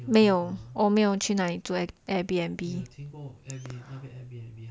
没有我没有去那边住 Airbnb